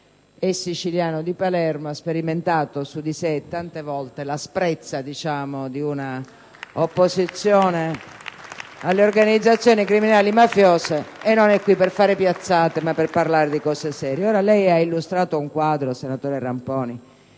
è siciliano di Palermo, ha sperimentato su di sé tante volte l'asprezza di un'opposizione alle organizzazioni criminali mafiose, e non è qui per fare piazzate, ma per parlare di cose serie. *(Applausi dal Gruppo* *PD).* Senatore Ramponi,